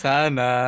Sana